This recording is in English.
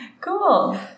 Cool